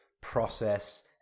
process